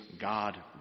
God